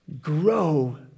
grow